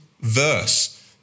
verse